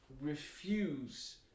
refuse